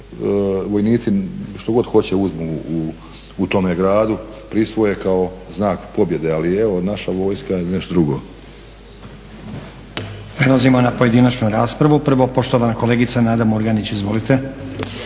vojnici što god hoće uzmu u tome gradu, prisvoje kao znak pobjede. Ali evo naša vojska je nešto drugo. **Stazić, Nenad (SDP)** Prelazimo na pojedinačnu raspravu. Prvo poštovana kolegica Nada Murganić. Izvolite.